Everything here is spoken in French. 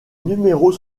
numéros